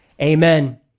Amen